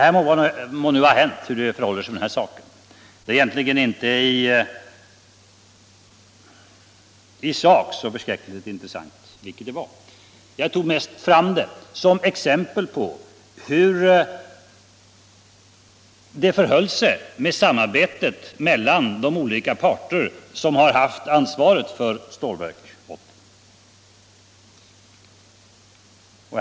Hur det nu förhåller sig på den här punkten är egentligen inte i sak så förskräckligt intressant, utan jag tog mest fram detta som exempel på hur det förhöll sig med samarbetet mellan de olika parter som har haft ansvaret för Stålverk 80.